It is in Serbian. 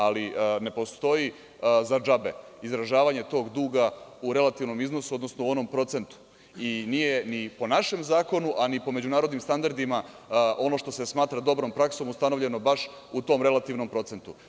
Ali, ne postoji za džabe izražavanje tog duga u relativnom iznosu, odnosno u onom procentu i nije ni po našem zakonu, a ni po međunarodnim standardima ono što se smatra dobrom praksom ustanovljeno baš u tom relativnom procentu.